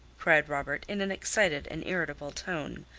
cried robert, in an excited and irritable tone,